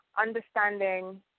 understanding